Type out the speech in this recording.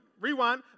rewind